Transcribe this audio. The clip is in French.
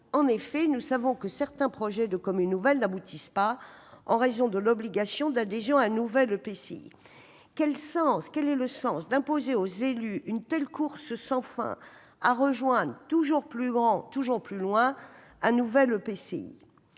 En effet, certains projets de communes nouvelles n'aboutissent pas en raison de l'obligation d'adhésion à un nouvel EPCI. Quel est le sens d'imposer aux élus une telle course sans fin, à rejoindre toujours plus grand, toujours plus loin ? Mon cher